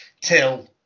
till